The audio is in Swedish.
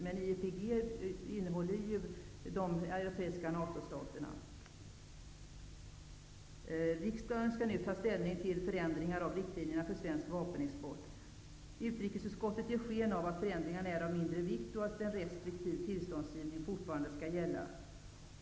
Men i IEPG ingår ju de europeiska NATO Riksdagen skall nu ta ställning till förändringar av riktlinjerna för svensk vapenexport. Utrikesutskottet ger sken av att förändringarna är av mindre vikt och att en restriktiv tillståndsgivning fortfarande skall gälla.